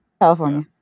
California